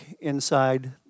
inside